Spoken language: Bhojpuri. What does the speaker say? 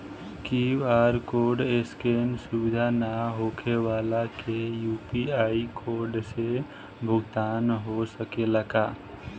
क्यू.आर कोड स्केन सुविधा ना होखे वाला के यू.पी.आई कोड से भुगतान हो सकेला का?